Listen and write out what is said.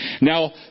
Now